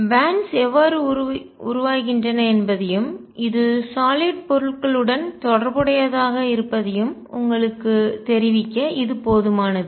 bands பட்டைகள் எவ்வாறு உருவாகின்றன என்பதையும் இது சாலிட் திட பொருட்களுடன் தொடர்புடையதாக இருப்பதையும் உங்களுக்குத் தெரிவிக்க இது போதுமானது